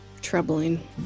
troubling